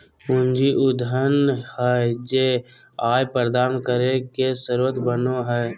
पूंजी उ धन हइ जे आय प्रदान करे के स्रोत बनो हइ